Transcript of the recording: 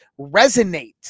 resonate